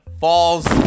falls